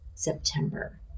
September